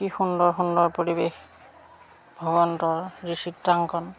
কি সুন্দৰ সুন্দৰ পৰিৱেশ ভগৱন্তৰ যি চিত্ৰাংকন